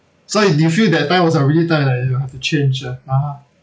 so you do you feel that time was a really time that you have to change ah ah